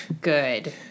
Good